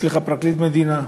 סליחה, פרקליט מדינה.